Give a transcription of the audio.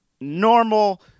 normal